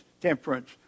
temperance